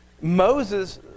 Moses